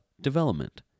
development